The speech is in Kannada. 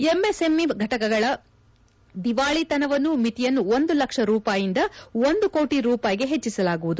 ಎಂಎಸ್ಎಂಇ ಘಟಕಗಳ ದಿವಾಳಿತನ ಮಿತಿಯನ್ನು ಒಂದು ಲಕ್ಷ ರೂಪಾಯಿಯಿಂದ ಒಂದು ಕೋಟಿ ರೂಪಾಯಿಗೆ ಹೆಚ್ಚಿಸಲಾಗುವುದು